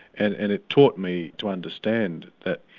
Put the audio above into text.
and and it taught me to understand that